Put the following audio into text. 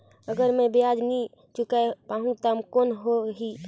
अगर मै ब्याज नी चुकाय पाहुं ता कौन हो ही?